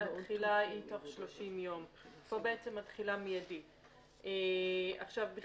התחילה היא תוך 30 יום, פה בעצם התחילה מיידית.